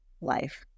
life